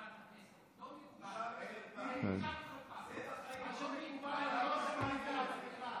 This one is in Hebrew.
זה לא מקובל לתקוף את מזכירת הכנסת.